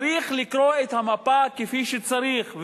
צריך לקרוא את המפה כפי שצריך,